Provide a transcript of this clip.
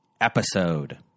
episode